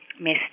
missed